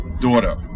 daughter